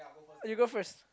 you go first